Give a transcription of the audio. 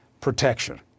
protection